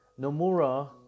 Nomura